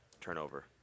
turnover